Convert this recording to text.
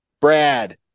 Brad